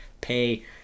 pay